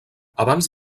abans